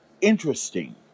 interesting